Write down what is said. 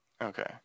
Okay